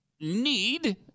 need